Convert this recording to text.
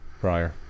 Prior